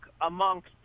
amongst